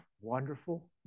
wonderful